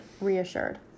reassured